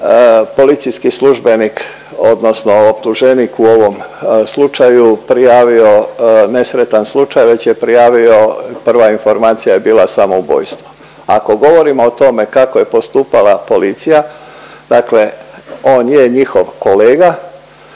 policijski službenik odnosno optuženik u ovom slučaju prijavio nesretan slučaj već je prijavio, prva informacija je bila samoubojstvo. Ako govorimo o tome kako je postupala policija, dakle on je njihov kolega